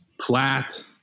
Platt